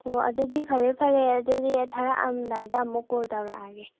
ꯑꯣ ꯑꯗꯨꯗꯤ ꯐꯔꯦ ꯐꯔꯦ ꯑꯗꯨꯗꯤ ꯊꯥꯔꯛꯑꯝꯗꯥꯏꯗ ꯑꯃꯨꯛ ꯀꯣꯜ ꯇꯧꯔꯛꯑꯒꯦ